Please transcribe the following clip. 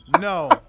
No